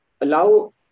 allow